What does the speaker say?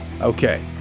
okay